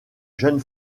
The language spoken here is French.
jeune